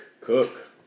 Cook